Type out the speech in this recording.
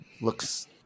Looks